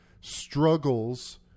struggles